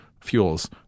fuels